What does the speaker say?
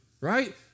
Right